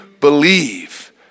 believe